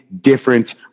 different